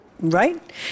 Right